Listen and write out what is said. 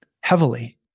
heavily